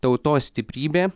tautos stiprybė